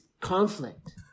Conflict